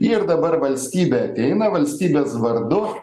ir dabar valstybė ateina valstybės vardu